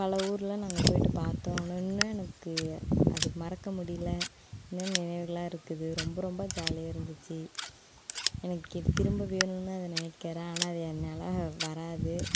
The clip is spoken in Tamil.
பல ஊரில் நாங்கள் போய்விட்டு பார்த்தோம் இன்னும் எனக்கு அது மறக்க முடியல நினைவுகளாக இருக்குது ரொம்ப ரொம்ப ஜாலியாக இருந்துச்சு எனக்கு திரும்ப வேணுன்னு அதை நினைக்கறேன் ஆனால் அது என்னால் வராது